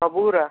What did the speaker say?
ସବୁଗୁ଼ଡ଼ା